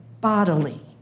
bodily